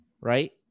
right